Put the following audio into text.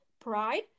pride